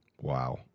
Wow